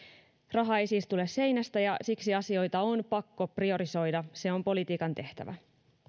raha ei siis tule seinästä ja siksi asioita on pakko priorisoida se on politiikan tehtävä